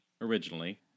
originally